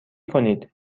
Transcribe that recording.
کنید